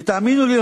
ותאמינו לי,